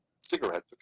cigarettes